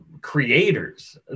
creators